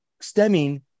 stemming